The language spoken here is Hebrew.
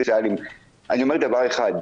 אני אומר דבר אחד,